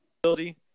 ability